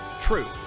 Truth